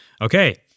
Okay